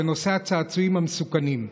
בנושא הצעצועים המסוכנים.